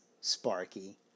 Sparky